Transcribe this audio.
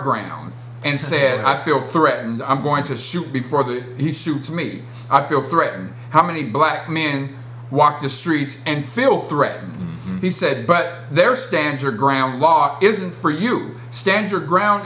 ground and said i feel threatened i'm going to shoot before that he shoots me i feel threatened how many black men walk the streets and feel threatened he said but their stand your ground law isn't for you stand your ground